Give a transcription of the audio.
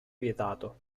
vietato